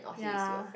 ya